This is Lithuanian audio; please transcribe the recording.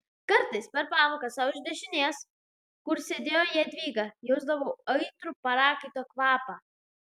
kartais per pamoką sau iš dešinės kur sėdėjo jadvyga jausdavau aitrų prakaito kvapą